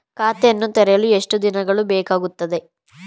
ಖಾತೆಯನ್ನು ತೆರೆಯಲು ಎಷ್ಟು ದಿನಗಳು ಬೇಕಾಗುತ್ತದೆ?